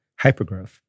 hypergrowth